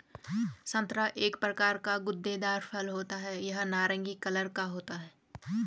संतरा एक प्रकार का गूदेदार फल होता है यह नारंगी कलर का होता है